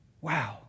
Wow